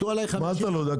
מה אתה לא יודע,